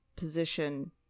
position